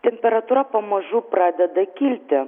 temperatūra pamažu pradeda kilti